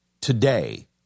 today